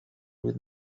with